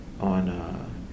on